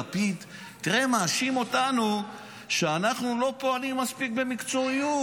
אתם שומעים את לפיד מאשים אותנו שאנחנו לא פועלים מספיק במקצועיות,